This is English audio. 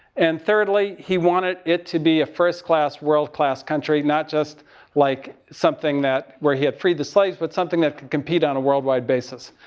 and thirdly, he wanted it to be a first class, world class country. not just like something that, where he had freed the slaves, but something that could compete on a world wide basis.